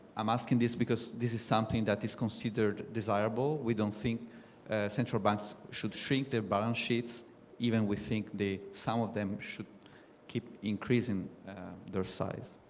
i'm asking this because this is something that is considered desirable. we don't think central banks should shrink their balance sheets even we think some of them should keep increasing their size.